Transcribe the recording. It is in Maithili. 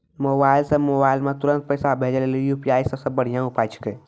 मोबाइल से मोबाइल मे तुरन्त पैसा भेजे लेली यू.पी.आई सबसे बढ़िया उपाय छिकै